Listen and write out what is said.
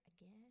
again